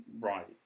right